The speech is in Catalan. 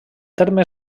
terme